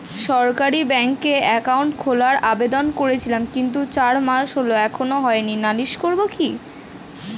সরকারি ব্যাংকে একাউন্ট খোলার আবেদন করেছিলাম কিন্তু চার মাস হল এখনো হয়নি নালিশ করব কি?